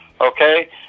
okay